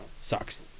sucks